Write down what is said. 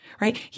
right